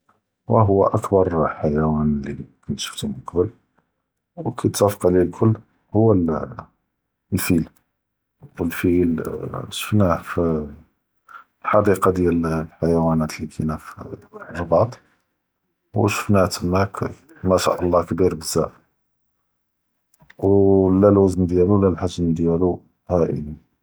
ואה הוא אכ’בר ח’יואן לי שפתו מן קבל ו לי ת’אפ’ק עליו אלכול הוא אלאל פ’יל, ו אלפ’יל שפנאהו פ אלח’דיקה דיאל אלח’יואנאת לי כאינה פ אלרבאט ו שפנאהו תמאק, מאשא אללה כ’באר בזאף, ו לא אלוואזן דיאלו ו לא אלח’ג’ם דיאלו האי’ל.